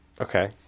Okay